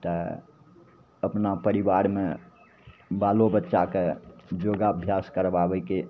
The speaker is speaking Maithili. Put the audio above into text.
तऽ अपना परिवारमे बालो बच्चाके योगाभ्यास करबाबयके